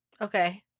Okay